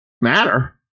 matter